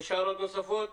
יש הערות נוספות?